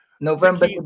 November